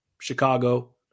Chicago